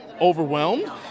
overwhelmed